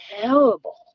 terrible